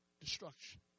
destruction